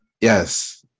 yes